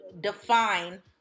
define